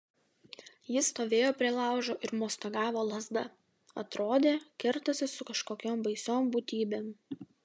jis stovėjo prie laužo ir mostagavo lazda atrodė kertasi su kažkokiom baisiom būtybėm